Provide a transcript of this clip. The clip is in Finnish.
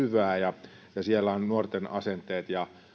hyvää ja siellä ovat nuorten asenteet ja